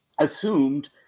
assumed